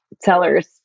sellers